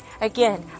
again